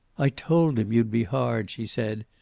i told him you'd be hard, she said.